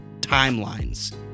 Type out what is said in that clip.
timelines